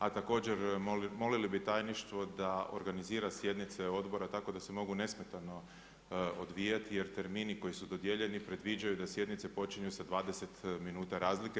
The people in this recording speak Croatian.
A također, molili bi tajništvo, da organizira sjednice odbora, tako da se mogu nesmetano odvijati, jer termini koji su dodijeljeni predviđaju da sjednice počinju sa 20 minuta razlike.